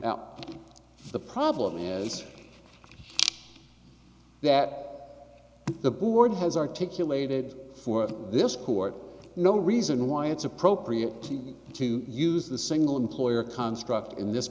now the problem is that the board has articulated for this court no reason why it's appropriate to use the single employer construct in this